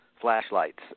flashlights